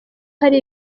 hari